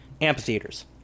Amphitheaters